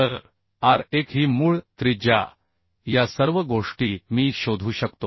तर r1 ही मूळ त्रिज्या या सर्व गोष्टी मी शोधू शकतो